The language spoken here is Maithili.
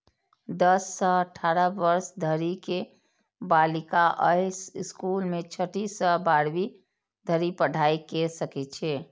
दस सं अठारह वर्ष धरि के बालिका अय स्कूल मे छठी सं बारहवीं धरि पढ़ाइ कैर सकै छै